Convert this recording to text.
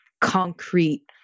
concrete